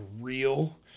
real